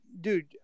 dude